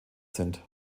sind